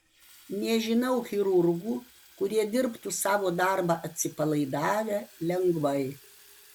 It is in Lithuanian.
nežinau chirurgų kurie dirbtų savo darbą atsipalaidavę lengvai